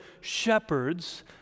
shepherds